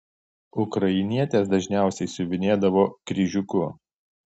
ukrainietės dažniausiai siuvinėdavo kryžiuku